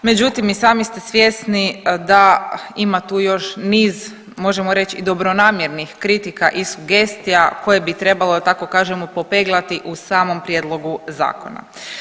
Međutim i sami ste svjesni da ima tu još niz možemo reć i dobronamjernih kritika i sugestija koje bi trebalo da tako kažemo popeglati u samom prijedlogu zakona.